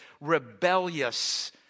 rebellious